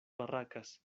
barracas